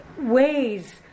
ways